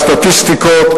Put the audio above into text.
הסטטיסטיקות,